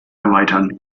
erweitern